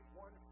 one